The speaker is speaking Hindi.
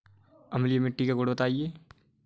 अम्लीय मिट्टी का गुण बताइये